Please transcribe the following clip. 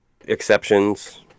exceptions